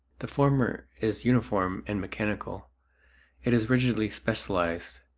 the former is uniform and mechanical it is rigidly specialized.